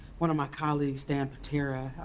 one of my colleagues, dan patera,